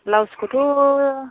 blouse खौथ'